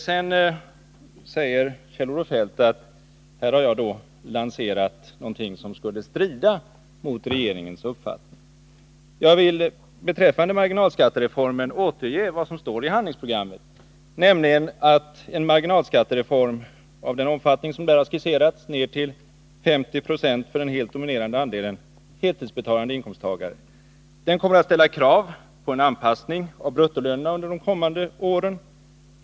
Kjell-Olof Feldt säger att jag lanserat någonting som skulle strida mot regeringens uppfattning. Jag vill beträffande marginalskattereformen återge vad som står i regeringens handlingsprogram. ”En marginalskattereform av sådan omfattning” — ned till 50 26 för den helt dominerande andelen heltidsarbetande inkomsttagare — ”kommer att ställa krav på en anpassning av bruttolönerna under de kommande åren.